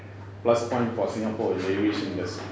plus point for singapore in the aviation industry